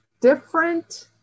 different